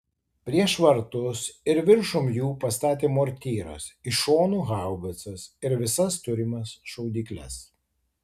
prieš vartus ir viršum jų pastatė mortyras iš šonų haubicas ir visas turimas šaudykles